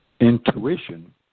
intuition